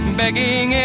begging